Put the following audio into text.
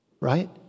Right